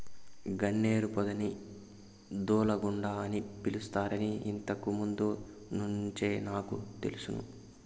గన్నేరు పొదని దూలగుండ అని పిలుస్తారని ఇంతకు ముందు నుంచే నాకు తెలుసును